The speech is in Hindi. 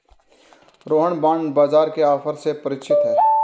रोहन बॉण्ड बाजार के ऑफर से परिचित है